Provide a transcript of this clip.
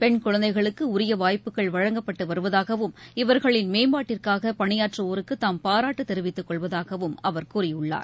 பெண்குழந்தைகளுக்கு உரிய வாய்ப்புகள் வழங்கப்பட்டு வருவதாகவும் இவர்களின் மேம்பாட்டிற்காக பணியாற்றுவோருக்கு தாம் பாராட்டு தெரிவித்து கொள்வதாகவும் அவர் கூறியுள்ளார்